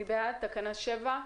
מי בעד תקנה 7?